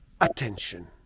attention